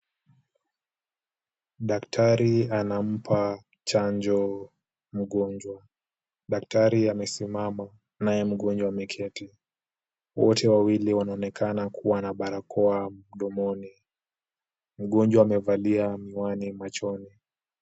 Daktari anampa chanjo mgonjwa. Daktari amesimama naye mgonjwa ameketi. Wote wawili wanaonekana kuwa na barakoa mdomoni. Mgonjwa amevalia miwani machoni.